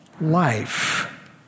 life